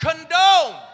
condone